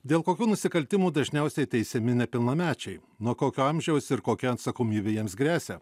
dėl kokių nusikaltimų dažniausiai teisiami nepilnamečiai nuo kokio amžiaus ir kokia atsakomybė jiems gresia